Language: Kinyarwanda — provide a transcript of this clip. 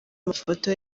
mafoto